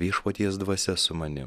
viešpaties dvasia su manim